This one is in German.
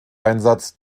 einsatz